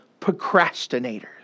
procrastinators